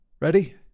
Ready